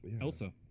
Elsa